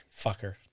Fucker